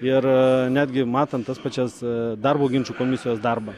ir netgi matant tas pačias darbo ginčų komisijos darbą